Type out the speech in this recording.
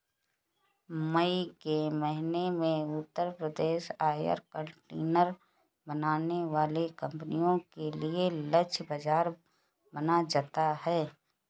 मई के महीने में उत्तर प्रदेश एयर कंडीशनर बनाने वाली कंपनियों के लिए लक्षित बाजार बन जाता है